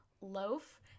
loaf